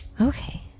Okay